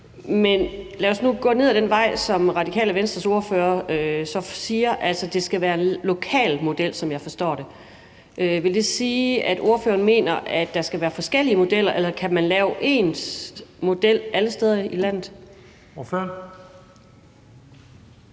men lad os nu gå ned ad den vej, som Radikale Venstres ordfører så siger vi skal gå ned ad, altså at det skal være en lokal model, som jeg forstår det. Vil det sige, at ordføreren mener, at der skal være forskellige modeller, eller kan man lave en ens model alle steder i landet? Kl.